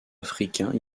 africains